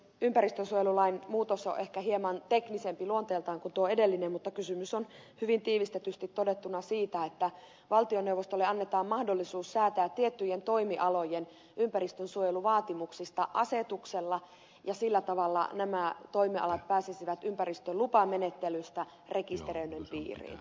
ympäristösuojelulain muutos on ehkä hieman teknisempi luonteeltaan kuin tuo edellinen mutta kysymys on hyvin tiivistetysti todettuna siitä että valtioneuvostolle annetaan mahdollisuus säätää tiettyjen toimialojen ympäristönsuojeluvaatimuksista asetuksella ja sillä tavalla nämä toimialat pääsisivät ympäristölupamenettelystä rekisteröinnin piiriin